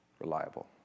reliable